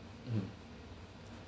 mm